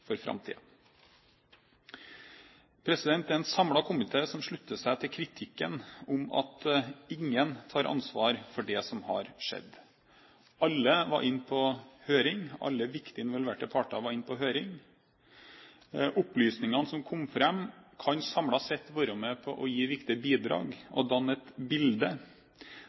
for framtiden. Det er en samlet komité som slutter seg til kritikken av at ingen tar ansvar for det som har skjedd. Alle viktige involverte parter var inne på høring, og opplysningene som kom fram, kan samlet sett være med på å gi viktige bidrag som kan danne et bilde